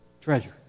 treasure